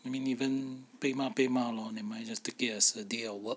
I mean even 被骂被骂 lor nevermind just take it as a day of work